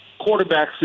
Quarterbacks